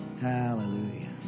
Hallelujah